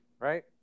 Right